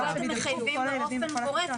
כאן אתם מחייבים באופן גורף.